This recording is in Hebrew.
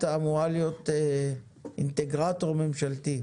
שני, את אמורה להיות אינטגרטור ממשלתי.